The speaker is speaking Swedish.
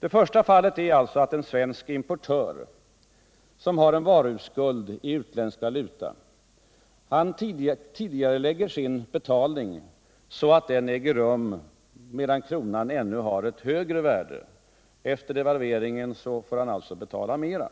Det första fallet är att en svensk importör som har en varuskuld i utländsk valuta tidigarelägger sin betalning så att den äger rum medan kronan ännu har ett högre värde. Efter devalveringen får han alltså betala mer.